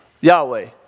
Yahweh